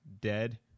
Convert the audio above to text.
dead